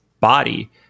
body